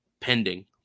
pending